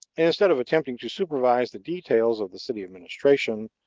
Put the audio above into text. instead of attempting to supervise the details of the city administration,